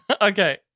Okay